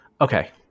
okay